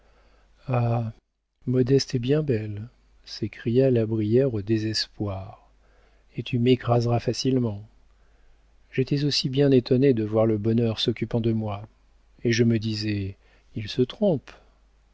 modeste est bien belle s'écria la brière au désespoir et tu m'écraseras facilement j'étais aussi bien étonné de voir le bonheur s'occupant de moi et je me disais il se trompe